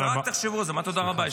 מה תודה רבה?